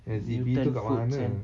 exit B tu kat mana